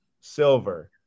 silver